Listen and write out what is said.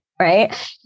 Right